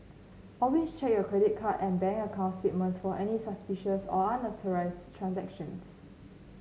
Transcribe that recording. always check your credit card and bank account statements for any suspicious or unauthorised transactions